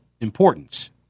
importance